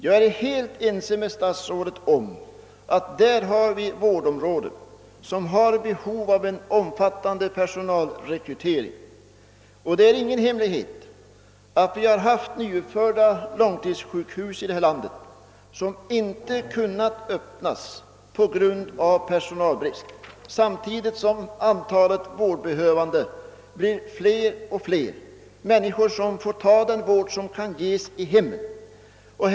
Jag är helt ense med statsrådet om att detta vårdområde behöver en omfattande personalrekrytering. Det är ingen hemlighet att nyuppförda långtidssjukhus i detta land inte kunnat öppnas på grund av personalbrist. Samtidigt blir antalet vårdbehövande allt större — människor som får ta den vård som kan ges i hemmet.